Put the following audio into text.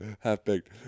half-baked